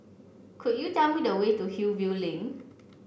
could you tell me the way to Hillview Link